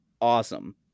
awesome